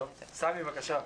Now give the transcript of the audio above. חבר הכנסת סמי אבו שחאדה.